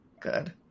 good